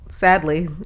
Sadly